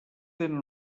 tenen